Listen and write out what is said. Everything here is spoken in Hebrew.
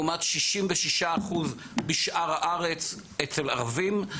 לעומת 66% בשאר הארץ אצל ערבים,